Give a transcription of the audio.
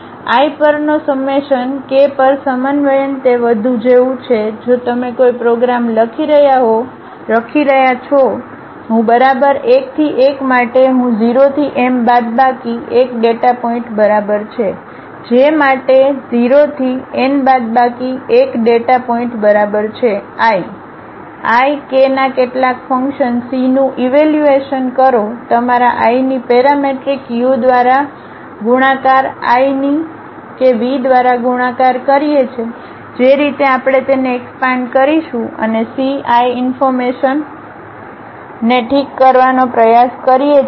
I પરનો સમ્મેશન k પર સમન્વયન તે વધુ જેવું છે જો તમે કોઈ પ્રોગ્રામ લખી રહ્યાં છો હું બરાબર 1 થી 1 માટે અથવા હું 0 થી m બાદબાકી 1 ડેટા પોઇન્ટ બરાબર છે j માટે 0 થી n બાદબાકી 1 ડેટા પોઇન્ટ બરાબર છે i k ના કેટલાક ફંક્શન c નું ઈવેલ્યુએશન કરો તમારા i ની પેરામેટ્રિક યુ દ્વારા ગુણાકાર i ની કે v દ્વારા ગુણાકાર કરીએ જે રીતે આપણે તેને એકસપાનડ કરીશું અને c i ઇન્ફોર્મેશનને ઠીક કરવાનો પ્રયાસ કરીએ છીએ